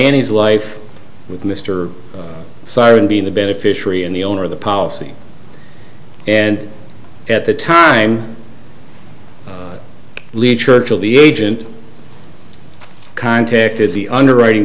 end his life with mr siren being the beneficiary and the owner of the policy and at the time lead churchill the agent contacted the underwriting